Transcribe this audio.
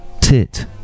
tit